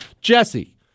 Jesse